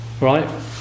Right